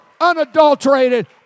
unadulterated